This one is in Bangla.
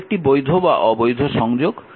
এটি একটি বৈধ বা অবৈধ সংযোগ